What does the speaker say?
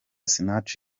sinach